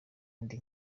indi